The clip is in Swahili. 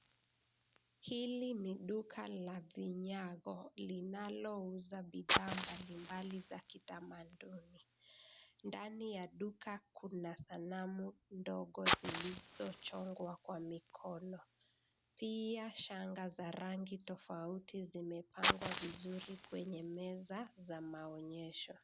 Hili ni duka la vinyago, linalouza bidhaa mbalimbali za kitamaduni , ndani ya duka kuna sanamu ndogo zilichongwa kwa mikono pia shanga za rangi tofauti zimepangwa vizuri kwenye meza za maonyesho.